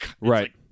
Right